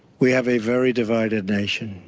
we have a very divided nation.